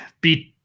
beat